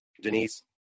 Denise